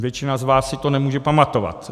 Většina z vás si to nemůže pamatovat.